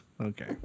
Okay